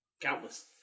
Countless